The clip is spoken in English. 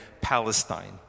Palestine